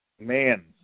man